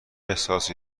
احساسی